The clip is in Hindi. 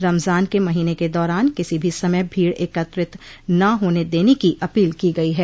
रमजान के महीने के दौरान किसी भी समय भीड़ एकत्रित न होने देने की अपील की गई है